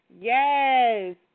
Yes